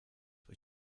were